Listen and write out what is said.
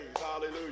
Hallelujah